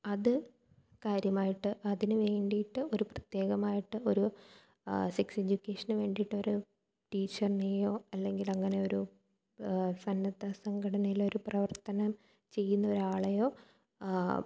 അത് കാര്യമായിട്ട് അതിന് വേണ്ടീട്ട് ഒരു പ്രത്യേകമായിട്ട് ഒരു സെക്സ് എഡ്യൂക്കേഷന് വേണ്ടീട്ടൊരു ടീച്ചറിനെയോ അല്ലെങ്കിലങ്ങനെ ഒരു സന്നദ്ധ സംഘടനയിലെ ഒരു പ്രവർത്തനം ചെയ്യുന്ന ഒരാളേയോ